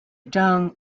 tongue